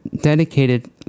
dedicated